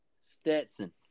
Stetson